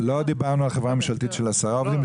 -- לא דיברנו על חברה ממשלתית של 10 עובדים.